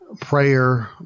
prayer